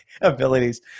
abilities